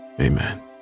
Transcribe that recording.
Amen